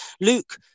Luke